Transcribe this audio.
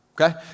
okay